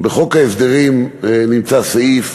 בחוק ההסדרים נמצא סעיף